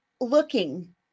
looking